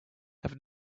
have